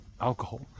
alcohol